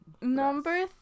Number